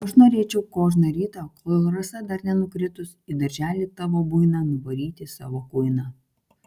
aš norėčiau kožną rytą kol rasa dar nenukritus į darželį tavo buiną nuvaryti savo kuiną